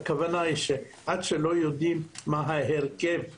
הכוונה היא שעד שלא יודעים מה ההרכב המדויק,